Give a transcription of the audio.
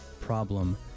problem